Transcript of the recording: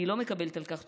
אני לא מקבלת על כך תשובות.